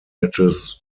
manages